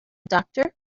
doctor